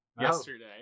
yesterday